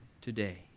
today